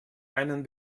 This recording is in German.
einen